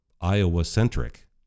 Iowa-centric